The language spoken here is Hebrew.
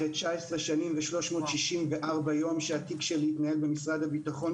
אחרי 19 שנים ו-364 יום שהתיק שלי התנהל במשרד הביטחון,